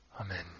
Amen